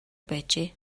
байжээ